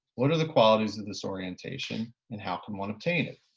what are the qualities of this orientation and how can one obtain it?